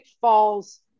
falls